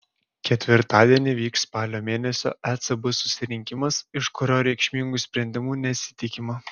ketvirtadienį vyks spalio mėnesio ecb susirinkimas iš kurio reikšmingų sprendimų nesitikima